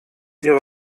ihre